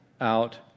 out